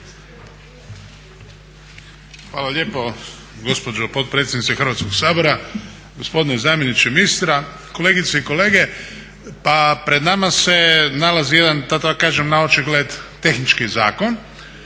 Hvala lijepo gospođo potpredsjednice Hrvatskog sabora, gospodine zamjeniče ministra, kolegice i kolege. Pa pred nama se nalazi jedan da tako kažem naočigled tehnički zakon,